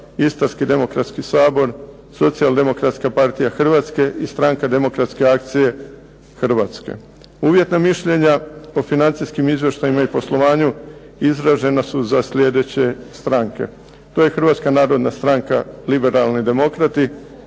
Istarski demokratski sabor, Socijaldemokratska partija Hrvatske i stranka Demokratske akcije Hrvatske. Uvjetna mišljenja o financijskim izvještajima i poslovanju izražena su za sljedeće stranke. To je Hrvatska narodna stranka liberalni demokrati,